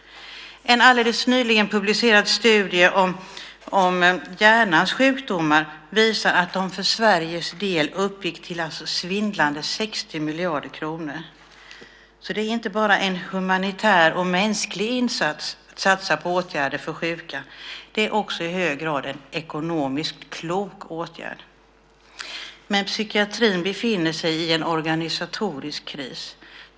En alldeles nyligen publicerad studie om hjärnans sjukdomar visar att kostnaderna för Sveriges del uppgick till svindlande 60 miljarder kronor. Det är alltså inte bara en humanitär och mänsklig insats att satsa på åtgärder för sjuka, det är också i hög grad en ekonomiskt klok åtgärd. Men psykiatrin befinner sig i en organisatorisk kris.